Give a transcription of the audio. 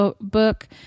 book